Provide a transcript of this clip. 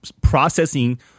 processing